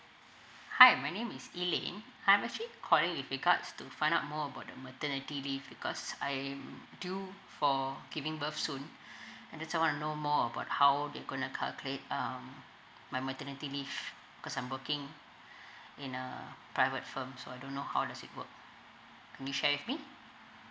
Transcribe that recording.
hi my name is eelin I'm actually calling with regards to find out more about the maternity leave because I'm due for giving birth soon and that's why I want to know more about how they're going to calculate um my maternity leave cause I'm working in a private firm so I don't know how does it work can you share with me